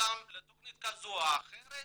לתכנית כזאת או אחרת